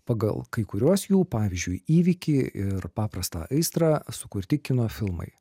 pagal kai kuriuos jų pavyzdžiui įvykį ir paprastą aistrą sukurti kino filmai